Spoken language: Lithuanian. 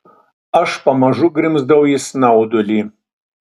aš pamažu grimzdau į snaudulį